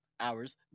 hours